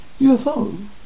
UFO